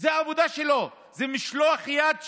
זאת העבודה שלו, זה משלח היד שלו.